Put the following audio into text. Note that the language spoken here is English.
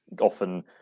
often